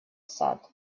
сад